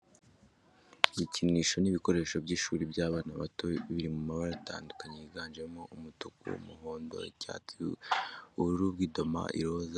Ibikinisho n'ibikoresho by'ishuri by'abana bato biri mu mabara atandukanye yiganjemo umutuku, umuhondo, icyatsi, ubururu bw'idoma, iroza, umukara, Ni byiza ko umwana aba ahantu abasha gukina kuko bituma yumva amerewe neza kandi imikino itandukanye igatuma ubwonko bwe bukora neza.